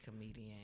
Comedian